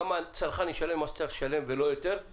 גם הצרכן ישלם מה שצריך לשלם ולא יותר,